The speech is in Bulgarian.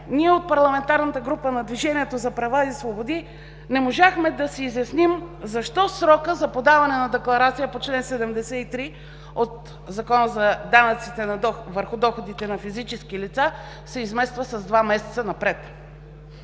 ние от парламентарната група на „Движението за права и свободи“ не можахме да си изясним защо срокът за подаване на декларация по чл. 73 от Закона за данъците върху доходите на физически лица се измества с два месеца напред?